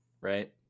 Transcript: Right